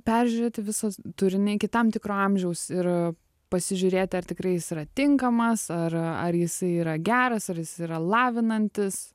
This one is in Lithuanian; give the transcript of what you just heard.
peržiūrėti visas turinį iki tam tikro amžiaus ir pasižiūrėti ar tikrai jis yra tinkamas ar ar jisai yra geras ar jis yra lavinantis